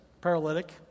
paralytic